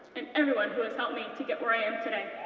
and everyone who has helped me to get where i am today.